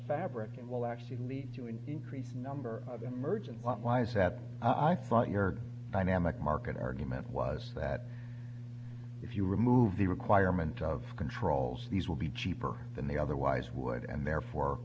fabric and will actually lead to an increased number of emergent what lies have i thought your dynamic market argument was that if you remove the requirement of controls these will be cheaper than they otherwise would and therefore